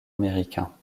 américains